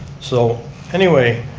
so anyway,